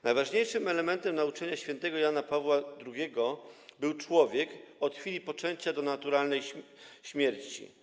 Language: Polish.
Najważniejszym elementem nauczania św. Jana Pawła II był człowiek od chwili poczęcia do naturalnej śmierci.